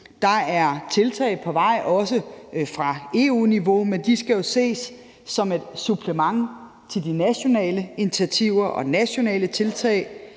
Der er tiltag på vej, også på EU-niveau, men de skal jo ses som et supplement til de nationale initiativer og nationale tiltag.